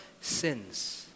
sins